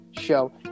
show